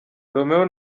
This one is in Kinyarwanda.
romeo